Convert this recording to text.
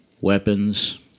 Weapons